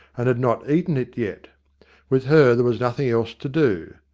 and had not eaten it yet with her there was nothing else to do.